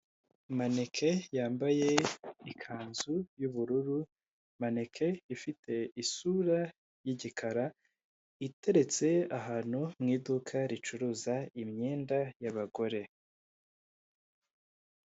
Maneke yambaye ikanzu y'ubururu, maneke ifite isura y'igikara, iteretse ahantu mu iduka ricuruza imyenda y'abagore.